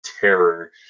terror